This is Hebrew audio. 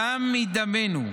דם מדמנו,